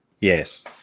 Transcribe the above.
Yes